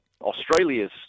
Australia's